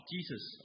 Jesus